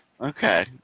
Okay